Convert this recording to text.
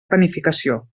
planificació